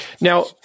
Now